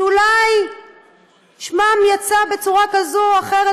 שאולי שמם יצא בצורה כזאת או אחרת,